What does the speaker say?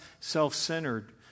self-centered